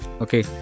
Okay